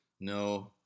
No